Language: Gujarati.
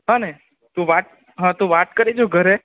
હોને તું વાત હા તું વાત કરી જો ઘરે